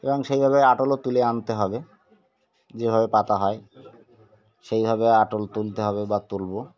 এবং সেইভাবে আটলও তুলে আনতে হবে যেভাবে পাতা হয় সেইভাবে আটল তুলতে হবে বা তুলব